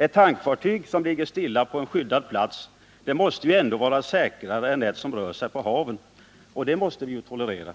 Ett tankfartyg som ligger stilla på en skyddad plats måste ju ändå vara säkrare än ett fartyg som rör sig på haven, och det måste vi ju tolerera.